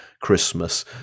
Christmas